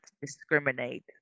discriminate